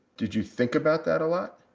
did you think about that a lot?